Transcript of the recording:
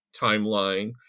timeline